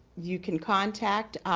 you can contact.